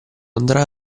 andrà